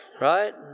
right